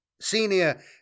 Senior